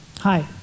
Hi